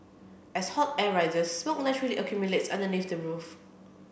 as hot air rises smoke naturally accumulates underneath the roof